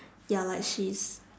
ya like she's